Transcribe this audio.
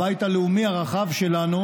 הבית הלאומי הרחב שלנו,